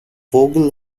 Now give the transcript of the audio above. vogel